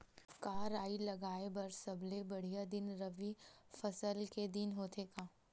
का राई लगाय बर सबले बढ़िया दिन रबी फसल के दिन होथे का?